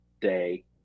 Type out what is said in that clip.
day